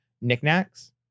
knickknacks